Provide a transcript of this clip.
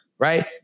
Right